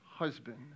husband